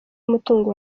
umutungo